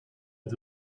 het